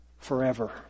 forever